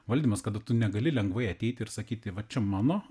valdymas kada tu negali lengvai ateiti ir sakyti va čia mano